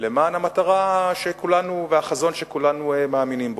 למען המטרה של כולנו והחזון שכולנו מאמינים בו.